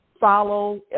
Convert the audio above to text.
follow